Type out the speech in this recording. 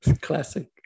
Classic